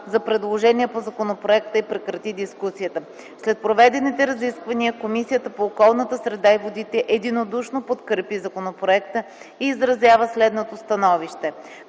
за предложения по законопроекта и прекрати дискусията. След проведените разисквания, Комисията по околната среда и водите единодушно подкрепи законопроекта и изразява следното становище: